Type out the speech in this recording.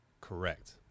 correct